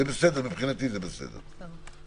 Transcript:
מבחינתי זה בסדר.